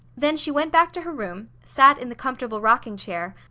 then she went back to her room, sat in the comfortable rocking chair,